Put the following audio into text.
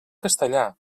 castellà